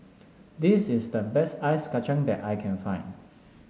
this is the best Ice Kachang that I can find